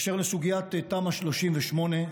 באשר לסוגיית תמ"א 38,